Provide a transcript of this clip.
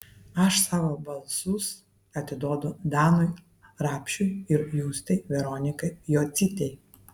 aš savo balsus atiduodu danui rapšiui ir justei veronikai jocytei